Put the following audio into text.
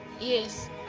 Yes